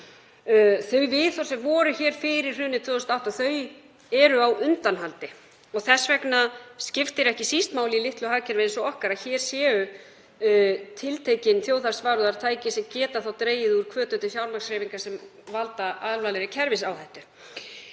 Þau viðhorf sem voru hér fyrir hrunið 2008 eru á undanhaldi og þess vegna skiptir ekki síst máli í litlu hagkerfi eins og okkar að hér séu tiltekin þjóðhagsvarúðartæki sem geti dregið úr hvötum til fjármagnshreyfinga sem valda alvarlegri kerfisáhættu.